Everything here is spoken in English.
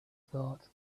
thought